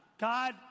God